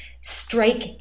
strike